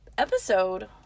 Episode